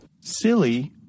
Silly